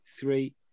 three